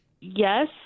Yes